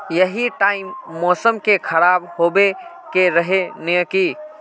यही टाइम मौसम के खराब होबे के रहे नय की?